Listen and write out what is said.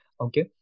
Okay